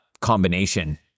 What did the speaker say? Combination